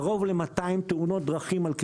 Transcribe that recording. קרוב ל-200 בשנה.